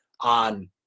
on